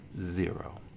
Zero